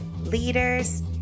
leaders